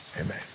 amen